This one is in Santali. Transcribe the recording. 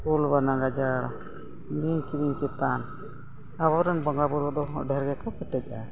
ᱠᱩᱞ ᱵᱟᱱᱟ ᱜᱟᱡᱟᱲ ᱵᱤᱧ ᱠᱤᱫᱤᱧ ᱪᱮᱛᱟᱱ ᱟᱵᱚᱨᱮᱱ ᱵᱚᱸᱜᱟᱼᱵᱩᱨᱩ ᱫᱚ ᱰᱷᱮᱨ ᱜᱮᱠᱚ ᱠᱮᱴᱮᱡᱼᱟ